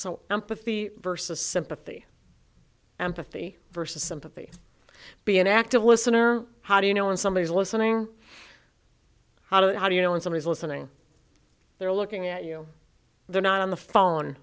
so empathy versus sympathy empathy versus sympathy be an active listener how do you know when somebody is listening how do you know when some is listening they're looking at you they're not on the phone